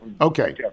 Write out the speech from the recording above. Okay